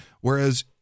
Whereas